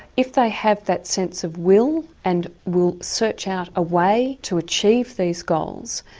if they have that sense of will and will search out a way to achieve these goals,